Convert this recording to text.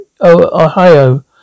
Ohio